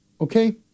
Okay